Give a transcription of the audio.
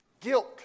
guilt